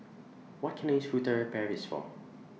What Can I use Furtere Paris For